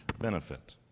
benefit